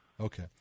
Okay